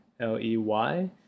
L-E-Y